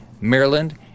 Maryland